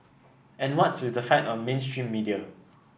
and what's with the fight on mainstream media